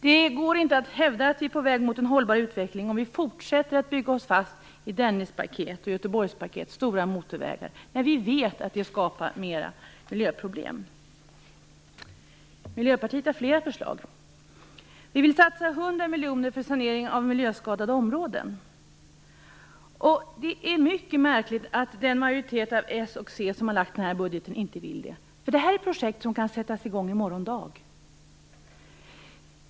Det går inte att hävda att vi är på väg mot en hållbar utveckling, om vi fortsätter att bygga oss fast i Dennispaket, Göteborgspaket och stora motorvägar som vi vet skapar mer miljöproblem. Miljöpartiet har flera förslag. Vi vill satsa 100 miljoner kronor på sanering av miljöskadade områden. Det är mycket märkligt att den majoritet av socialdemokrater och centerpartister som har lagt fram denna budget inte vill göra denna satsning, för det är fråga om projekt som kan sättas i gång i morgon dag.